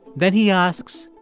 then he asks.